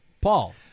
Paul